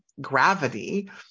gravity